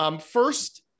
First